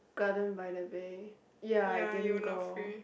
Gardens by the Bay ya I didn't go